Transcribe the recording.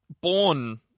born